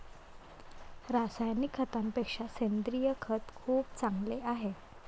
रासायनिक खतापेक्षा सेंद्रिय खत खूप चांगले आहे